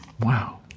wow